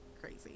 crazy